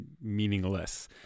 meaningless